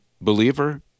believer